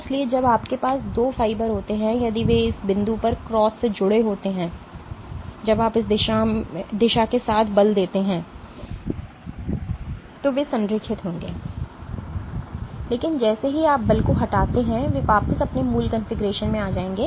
इसलिए जब आपके पास दो फाइबर होते हैं यदि वे इस बिंदु पर क्रॉस से जुड़े होते हैं जब आप इस दिशा के साथ बल देते हैं तो वे संरेखित होंगे लेकिन जैसे ही आप बल को हटाते हैं वे वापस अपने मूल कॉन्फ़िगरेशन में आ जाएंगे